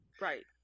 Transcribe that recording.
Right